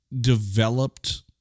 developed